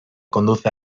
conduce